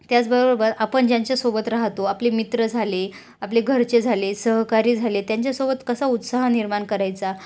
त्याचबरोबर आपण ज्यांच्यासोबत राहतो आपले मित्र झाले आपले घरचे झाले सहकारी झाले त्यांच्यासोबत कसा उत्साह निर्माण करायचा